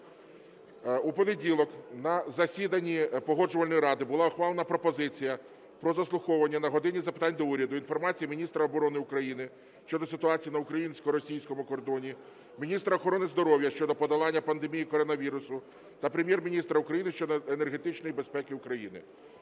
У понеділок на засіданні Погоджувальної ради була ухвалена пропозиція про заслуховування на "годині запитань до Уряду" інформації міністра оборони України щодо ситуації на українсько-російському кордоні, міністра охорони здоров'я щодо подолання пандемії коронавірусу та Прем'єр-міністра України щодо енергетичної безпеки України.